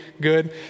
good